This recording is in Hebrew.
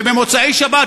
ובמוצאי שבת,